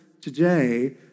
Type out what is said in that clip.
today